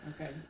Okay